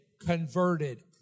converted